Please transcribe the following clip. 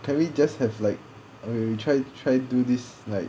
can we just have like okay you try try do this like